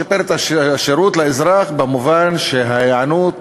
שיפר את השירות לאזרח במובן שההיענות